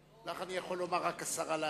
לך אני יכול לומר רק השרה לעתיד.